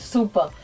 Super